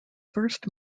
first